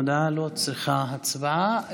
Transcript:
ההודעה לא צריכה הצבעה.